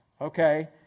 okay